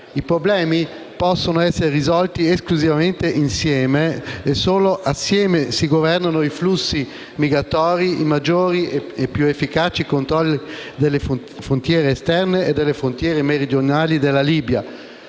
I problemi possono essere risolti esclusivamente insieme, solo assieme si governano i flussi migratori, i maggiori e più efficaci controlli delle frontiere esterne e delle frontiere meridionali della Libia,